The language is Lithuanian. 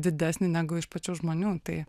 didesnį negu iš pačių žmonių tai